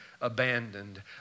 abandoned